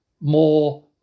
more